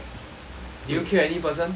do you kill any person